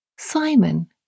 Simon